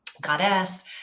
goddess